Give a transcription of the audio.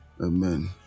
Amen